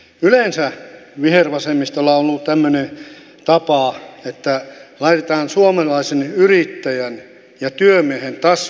yleensä vihervasemmistolla on ollut tämmöinen tapa että laitetaan suomalaisen yrittäjän ja työmiehen taskuun käsi